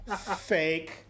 Fake